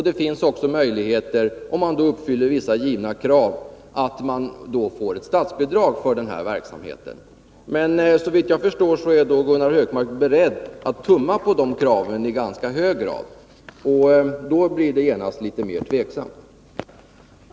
Den ger också möjligheter att få statsbidrag för den verksamheten, om den uppfyller vissa givna villkor. Men såvitt jag förstår är Gunnar Hökmark beredd att tumma på de kraven i ganska hög grad, och då blir jag genast litet mer tveksam.